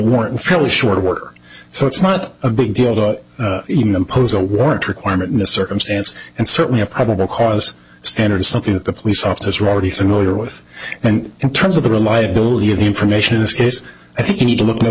warrant fairly short work so it's not a big deal to impose a warrant requirement in a circumstance and certainly a probable cause standard is something that the police officers are already familiar with and in terms of the reliability of the information in this case i think you need to